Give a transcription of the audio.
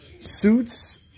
suits